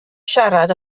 siarad